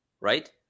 right